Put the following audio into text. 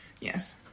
Yes